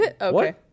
Okay